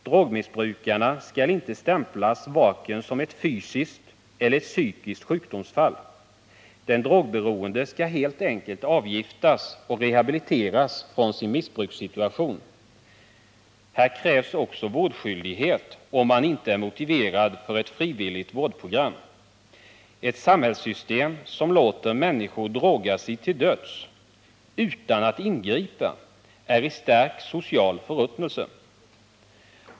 Drogmissbrukaren skall inte stämplas som vare sig ett fysiskt eller ett psykiskt sjukdomsfall. Den drogberoende skall helt enkelt avgiftas och rehabiliteras från sin missbrukssituation. Här krävs också vårdskyldighet om man inte är motiverad för ett frivilligt vårdprogram. Ett samhällssystem som låter människor droga sig till döds utan att ingripa är i stark social förruttnelse.